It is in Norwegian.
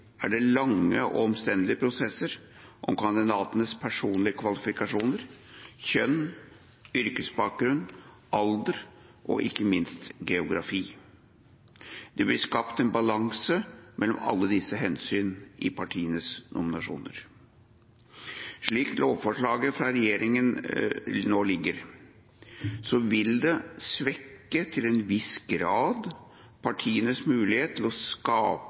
er det lange og omstendelige prosesser om kandidatenes personlige kvalifikasjoner, kjønn, yrkesbakgrunn, alder og ikke minst geografi. Det blir skapt en balanse mellom alle disse hensynene i partienes nominasjoner. Slik lovforslaget fra regjeringen nå foreligger, vil det til en viss grad svekke partienes mulighet til å skape